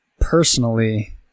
personally